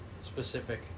specific